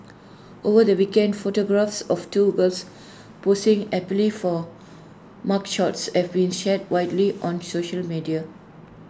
over the weekend photographs of two girls posing happily for mugshots have been shared widely on social media